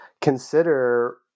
consider